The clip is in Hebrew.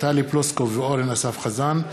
טלי פלוסקוב ואורן אסף חזן,